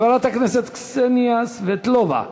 חברת הכנסת קסניה סבטלובה,